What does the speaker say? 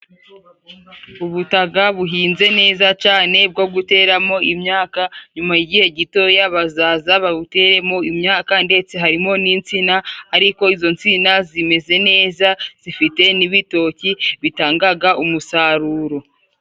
Ubutaka buhinze neza cyane bwo guteramo imyaka, nyuma y'igihe gitoya bazaza bawuteremo imyaka ndetse harimo n'insina, ariko izo nsina zimeze neza zifite n'ibitoki bitangaga umusaruro.